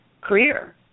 career